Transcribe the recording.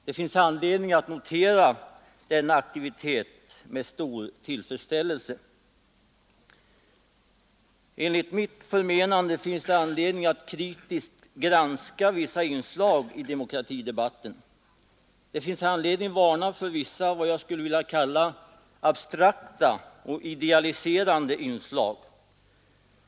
Det finns anledning att notera denna aktivitet med stor tillfredsställelse. Enligt mitt förmenande finns det anledning att kritiskt granska vissa inslag i demokratidebatten. Det finns anledning varna för vissa vad jag skulle vilja kalla ”abstrakta” och ”idealiserande” inslag.